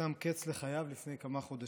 שם קץ לחייו לפני כמה חודשים.